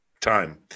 time